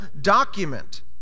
document